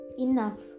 enough